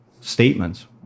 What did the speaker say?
statements